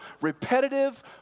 repetitive